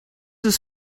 this